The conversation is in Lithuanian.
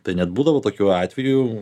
tai net būdavo tokių atvejų